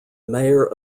mayor